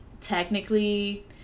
technically